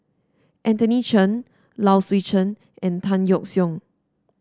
Anthony Chen Low Swee Chen and Tan Yeok Seong